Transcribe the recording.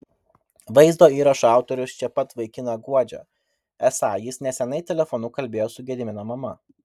vaizdo įrašo autorius čia pat vaikiną guodžia esą jis neseniai telefonu kalbėjo su gedimino mama